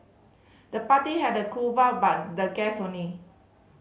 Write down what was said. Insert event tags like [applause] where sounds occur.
the party had a cool [unintelligible] but the guest only